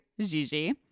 Gigi